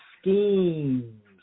schemes